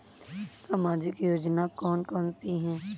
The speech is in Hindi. सामाजिक योजना कौन कौन सी हैं?